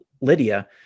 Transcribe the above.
Lydia